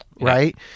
right